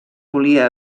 volia